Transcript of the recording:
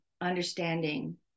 understanding